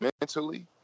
mentally